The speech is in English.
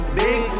big